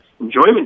enjoyment